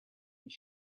his